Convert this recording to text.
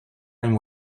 and